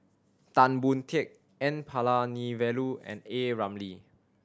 Tan Boon Teik N Palanivelu and A Ramli